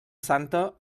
santa